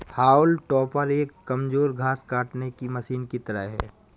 हाउल टॉपर एक कमजोर घास काटने की मशीन की तरह है